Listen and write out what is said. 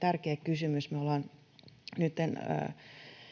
tärkeä kysymys.